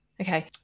Okay